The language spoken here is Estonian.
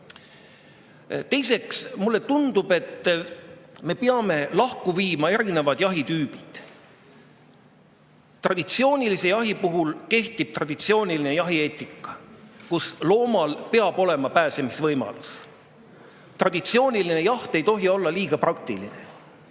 mulle tundub, et me peame lahus hoidma erinevad jahitüübid. Traditsioonilise jahi puhul kehtib traditsiooniline jahieetika, kus loomal peab olema pääsemisvõimalus. Traditsiooniline jaht ei tohi olla liiga praktiline.